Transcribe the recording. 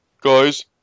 guys